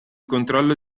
controllo